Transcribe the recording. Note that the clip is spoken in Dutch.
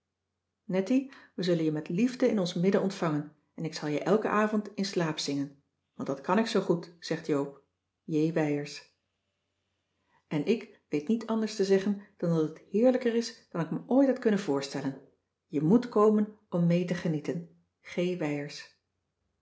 nettie we zullen je met liefde in ons midden ontvangen en ik zal je elken avond in slaap zingen want dat kan ik zoo goed zegt joop j wijers en ik weet niet anders te zeggen dan dat het heerlijker is dan ik me ooit had kunnen voorstellen je moet komen om mee te genieten gr wijers